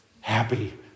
happy